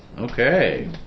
Okay